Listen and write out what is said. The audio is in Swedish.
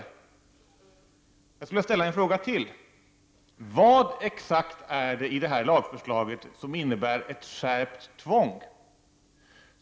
Jag skulle vilja ställa en fråga till: Vad exakt är det i detta lagförslag som innebär ett skärpt tvång?